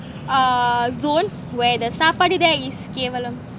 a zone where the saapadu day is கேவலம்:kewalam